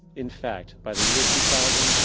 in fact, by the year two thousand,